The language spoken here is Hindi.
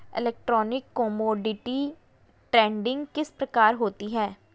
इलेक्ट्रॉनिक कोमोडिटी ट्रेडिंग किस प्रकार होती है?